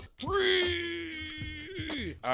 three